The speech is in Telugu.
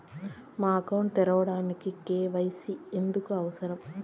అకౌంట్ తెరవడానికి, కే.వై.సి ఎందుకు అవసరం?